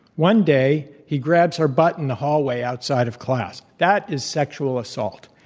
one day, he grabs her butt in the hallway outside of class. that is sexual assault.